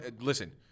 listen